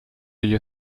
you